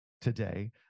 today